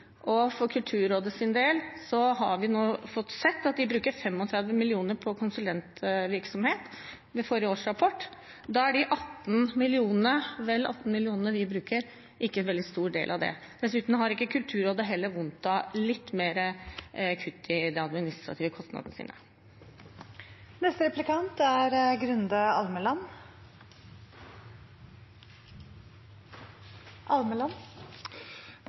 det gjelder Kulturrådet, har vi nå sett i deres forrige årsrapport at de bruker 35 mill. kr til konsulentvirksomhet. Da er de vel 18 mill. kr vi bruker, ikke en veldig stor del av det. Dessuten har heller ikke Kulturrådet vondt av litt mer kutt i de administrative kostnadene. Konsekvensene av disse effektiviseringskuttene til Senterpartiet er